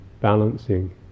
balancing